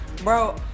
Bro